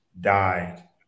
died